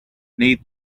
need